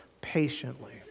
patiently